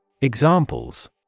Examples